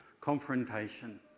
confrontation